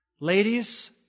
Ladies